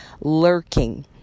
lurking